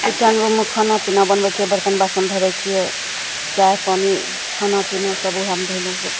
भनसाघरमे खाना पिना बनबै छिए बरतन बासन धरै छिए चाइ पानी खाना पिना सब वएहमे धएलहुँ